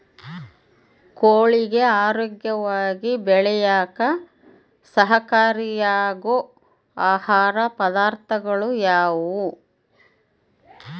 ಕೋಳಿಗೆ ಆರೋಗ್ಯವಾಗಿ ಬೆಳೆಯಾಕ ಸಹಕಾರಿಯಾಗೋ ಆಹಾರ ಪದಾರ್ಥಗಳು ಯಾವುವು?